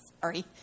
sorry